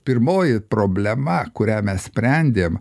pirmoji problema kurią mes sprendėm